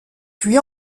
puis